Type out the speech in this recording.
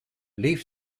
leaf